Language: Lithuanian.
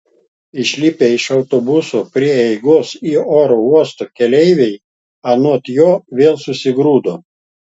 išlipę iš autobuso prie įeigos į oro uostą keleiviai anot jo vėl susigrūdo